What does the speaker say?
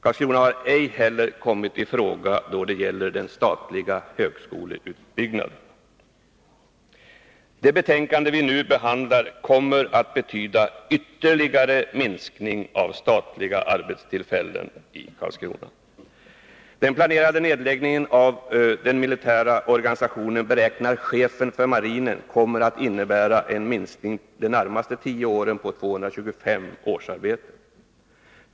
Karlskrona har ej heller kommit i fråga då det gäller den statliga högskoleutbyggnaden. Det betänkande vi nu behandlar kommer att betyda ytterligare minskning av statliga arbetstillfällen i Karlskrona. Den planerade nedläggningen av den militära organisationen beräknar chefen för marinen kommer att innebära en minskning de närmaste tio åren på 225 årsarbeten.